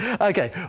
Okay